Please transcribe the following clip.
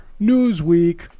Newsweek